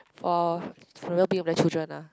for for well being of the children ah